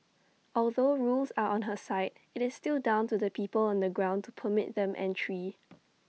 although rules are on her side IT is still down to the people on the ground to permit them entry